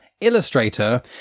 illustrator